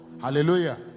hallelujah